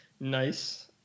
nice